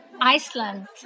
Iceland